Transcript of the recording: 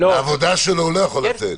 לעבודה שלו הוא לא יכול לצאת.